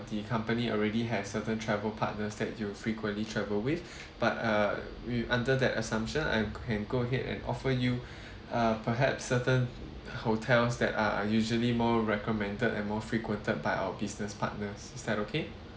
the company already has certain travel partners that you frequently travel with but uh we under that assumption I can go ahead and offer you uh perhaps certain hotels that are usually more recommended and more frequented by our business partners is that okay